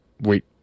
wait